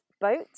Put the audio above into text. boats